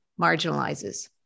marginalizes